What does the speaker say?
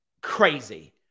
crazy